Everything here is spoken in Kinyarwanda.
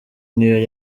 niyo